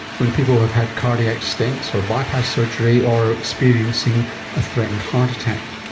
when people have had cardiac stents or bypass surgery or experiencing a threatened heart attack.